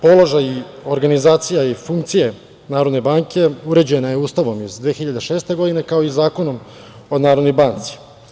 Položaj, organizacija i funkcije Narodne banke uređeni su Ustavom iz 2006. godine, kao i Zakonom o Narodnoj banci.